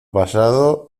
pasado